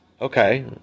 okay